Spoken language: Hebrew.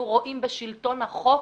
אנחנו רואים בשלטון החוק,